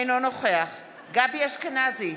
אינו נוכח גבי אשכנזי,